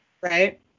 Right